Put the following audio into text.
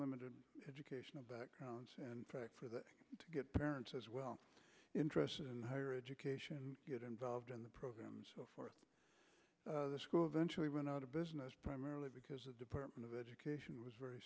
limited educational backgrounds in fact for that to get parents as well interested in higher education get involved in the programs for the school eventually run out of business primarily because the department of education was very